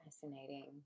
Fascinating